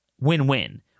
win-win